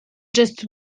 jyst